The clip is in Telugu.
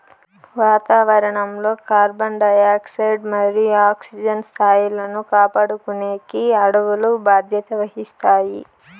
వాతావరణం లో కార్బన్ డయాక్సైడ్ మరియు ఆక్సిజన్ స్థాయిలను కాపాడుకునేకి అడవులు బాధ్యత వహిస్తాయి